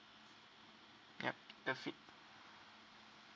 yup the fit